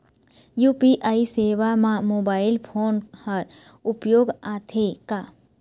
UPI सेवा म mobile phone हर उपयोग आथे का?